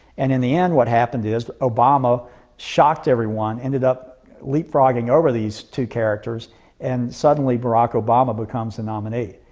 and in the end what happened is obama shocked everyone, ended up leap-frogging over these two characters and suddenly barack obama becomes the nominee.